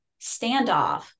standoff